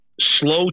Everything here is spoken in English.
slow